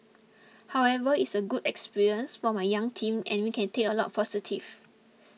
however it's a good experience for my young team and we can take a lot of positives